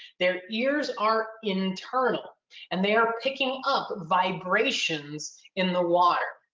their ears are internal and they are picking up vibrations in the water.